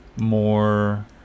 more